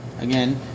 Again